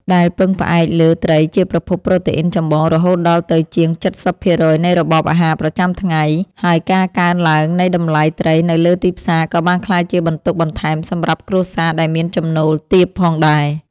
ដែលពឹងផ្អែកលើត្រីជាប្រភពប្រូតេអ៊ីនចម្បងរហូតដល់ទៅជាង ៧០ ភាគរយនៃរបបអាហារប្រចាំថ្ងៃ ហើយការកើនឡើងនៃតម្លៃត្រីនៅលើទីផ្សារក៏បានក្លាយជាបន្ទុកបន្ថែមសម្រាប់គ្រួសារដែលមានចំណូលទាបផងដែរ។